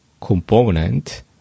component